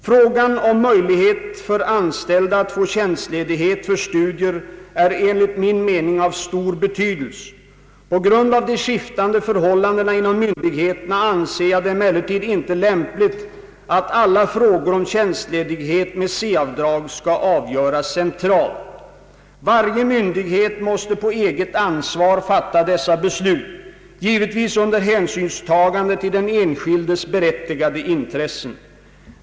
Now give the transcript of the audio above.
Frågan om möjlighet för anställda att få tjänstledighet för studier är enligt min mening av stor betydelse. På grund av de skiftande förhållandena inom myndigheterna anser jag det emellertid inte lämpligt att alla frågor om tjänstledighet med C-avdrag skall avgöras centralt. Varje myndighet måste på eget ansvar fatta dessa beslut, givet vis under hänsynstagande till den enskildes berättigade intressen.